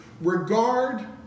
regard